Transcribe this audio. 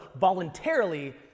voluntarily